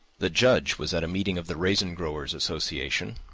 the judge was at a meeting of the raisin growers' association,